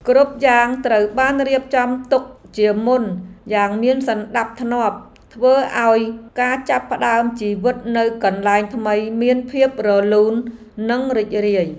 គ្រប់យ៉ាងត្រូវបានរៀបចំទុកជាមុនយ៉ាងមានសណ្ដាប់ធ្នាប់ធ្វើឱ្យការចាប់ផ្ដើមជីវិតនៅកន្លែងថ្មីមានភាពរលូននិងរីករាយ។